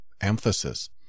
emphasis